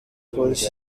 polisi